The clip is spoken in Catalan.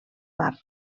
mar